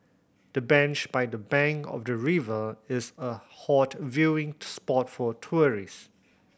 the bench by the bank of the river is a hot viewing spot for tourists